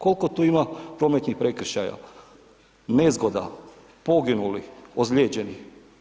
Koliko tu ima prometnih prekršaja, nezgoda, poginulih, ozlijeđenih?